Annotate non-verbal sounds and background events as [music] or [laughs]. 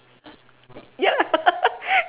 ya lah [laughs]